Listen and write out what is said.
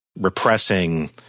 repressing